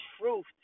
truth